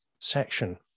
section